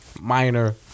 minor